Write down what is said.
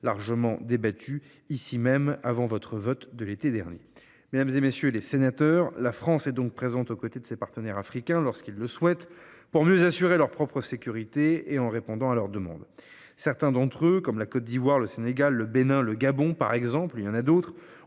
largement débattu ici même, avant votre vote l’été dernier. La France est donc présente aux côtés de ses partenaires africains, lorsqu’ils le souhaitent, pour mieux assurer leur propre sécurité et en répondant à leurs demandes. Certains d’entre eux, comme la Côte d’Ivoire, le Sénégal, le Bénin ou le Gabon, par exemple, ont accompli des